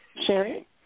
Sherry